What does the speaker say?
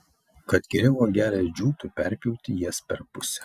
kad geriau uogelės džiūtų perpjauti jas per pusę